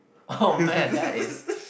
oh man that is